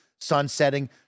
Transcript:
sunsetting